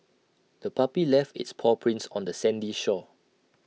the puppy left its paw prints on the sandy shore